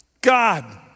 God